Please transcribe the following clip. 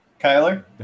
Kyler